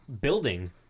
building